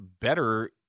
better